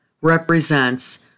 represents